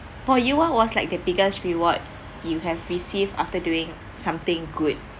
for you what was like the biggest reward you have received after doing something good